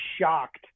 shocked